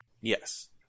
Yes